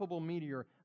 meteor